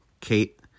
Kate